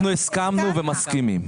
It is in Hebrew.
אנחנו הסכמנו ומסכימים.